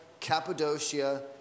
Cappadocia